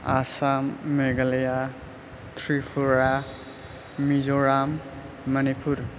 Assam Meghalaya Tripura Mizoram Manipur